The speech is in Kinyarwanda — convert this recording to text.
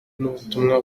n’ubutumwa